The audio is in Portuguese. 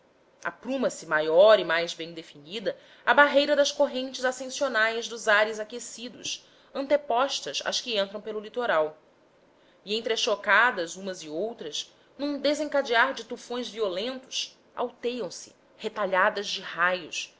atmosférica apruma se maior e mais bem definida a barreira das correntes ascensionais dos ares aquecidos antepostas às que entram pelo litoral e entrechocadas umas e outras num desencadear de tufões violentos alteiam se retalhadas de raios